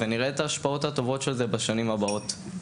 ונראה את ההשפעות הטובות של זה בשנים הבאות.